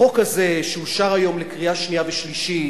החוק הזה, שאושר היום לקריאה שנייה ושלישית,